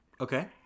Okay